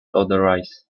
otherwise